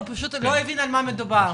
הוא לא הבין על מה מדובר.